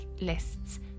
lists